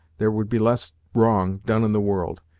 there would be less wrong done in the world,